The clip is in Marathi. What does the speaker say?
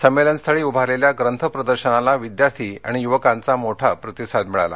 संमेलनस्थळी उभारलेल्या ग्रंथ प्रदर्शनाला विद्यार्थी आणि युवकांचा मोठा प्रतिसाद मिळाला